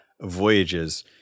voyages